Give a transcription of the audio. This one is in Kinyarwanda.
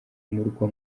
murwa